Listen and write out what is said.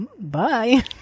bye